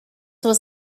was